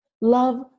Love